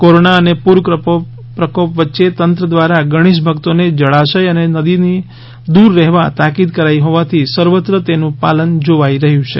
corona અને પૂર પ્રકોપ વચ્ચે તંત્ર દ્વારા ગણેશ ભક્તો ને જળાશય અને નદી થી દૂર રહેવા તાકીદ કરાઇ હોવાથી સર્વત્ર તેનું પાલન જોવાઈ રહ્યું છે